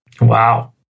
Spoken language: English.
wow